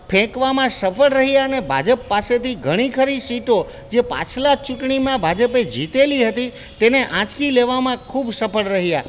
ફેંકવામાં સફળ રહ્યાને ભાજપ પાસેથી ઘણી ખરી સીટો જે પાછલા ચૂંટણીમાં ભાજપે જીતેલી હતી તેને આંચકી લેવામાં ખૂબ સફળ રહ્યા